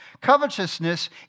Covetousness